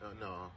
No